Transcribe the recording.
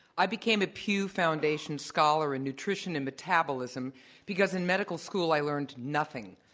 i became a pew foundation scholar in nutrition and metabolism because in medical school, i learned nothing.